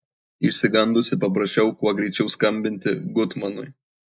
išsigandusi paprašiau kuo greičiau skambinti gutmanui